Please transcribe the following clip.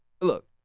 look